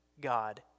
God